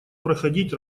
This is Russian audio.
проходить